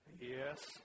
Yes